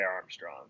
Armstrong